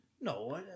No